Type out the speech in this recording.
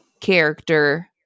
character